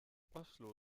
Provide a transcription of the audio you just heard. oslo